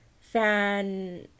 Fan